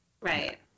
Right